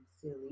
silly